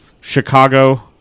Chicago